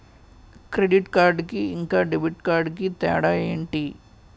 Credit card కి ఇంకా debit card కి తేడా ఏంటి?